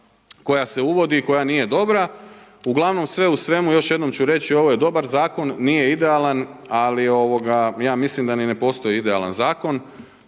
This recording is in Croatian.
koja se uvodi i koja nije dobra. Uglavnom sve u svemu, još jednom ću reći ovo je dobar zakon, nije idealan ali ja mislim da ni ne postoji idealan zakon